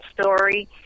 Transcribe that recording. story